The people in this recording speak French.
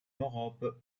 europe